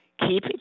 Keep